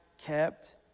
kept